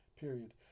period